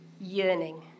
yearning